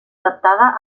adaptada